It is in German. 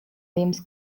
wem´s